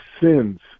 sins